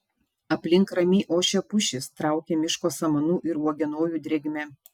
aplink ramiai ošia pušys traukia miško samanų ir uogienojų drėgme